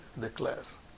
declares